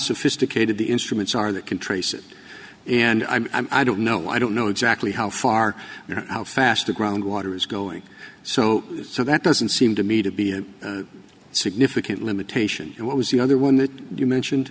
sophisticated the instruments are that can trace it and i'm don't know i don't know exactly how far you know how fast the groundwater is going so so that doesn't seem to me to be a significant limitation to what was the other one that you mentioned